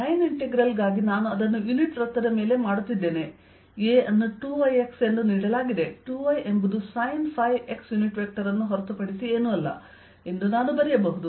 line integral ಗಾಗಿ ನಾನು ಅದನ್ನು ಯುನಿಟ್ ವೃತ್ತದ ಮೇಲೆ ಮಾಡುತ್ತಿದ್ದೇನೆ A ಅನ್ನು 2yx ಎಂದು ನೀಡಲಾಗಿದೆ 2y ಎಂಬುದು sinϕ x ಯುನಿಟ್ ವೆಕ್ಟರ್ ಅನ್ನು ಹೊರತುಪಡಿಸಿ ಏನೂ ಅಲ್ಲ ಎಂದು ನಾನು ಬರೆಯಬಹುದು